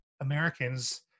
Americans